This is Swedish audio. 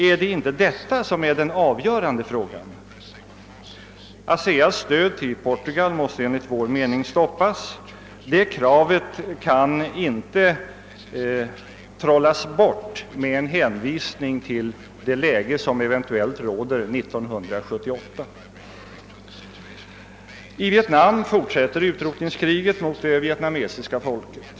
Är inte detta den avgörande frågan, herr utrikesminister? ASEA:s stöd till Portugal måste enligt vår mening stoppas. Det kravet kan inte trollas bort med en hänvisning till det läge som eventuellt råder 1978. I Vietnam fortsätter utrotningskriget mot det vietnamesiska folket.